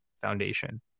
foundation